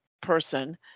person